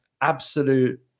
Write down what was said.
absolute